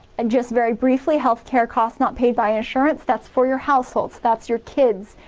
and just very briefly healthcare costs not paid by insurance that's for your households, that's your kids,